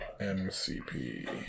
MCP